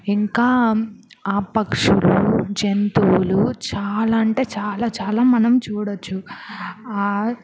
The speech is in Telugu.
ఇంకా ఆ పక్షులు జంతువులు చాలా అంటే చాలా చాలా మనం చూడచ్చు